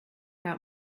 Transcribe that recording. out